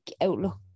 outlook